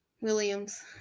Williams